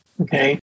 okay